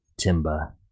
Timba